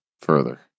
further